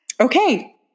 okay